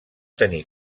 tenir